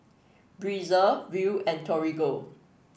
Breezer Viu and Torigo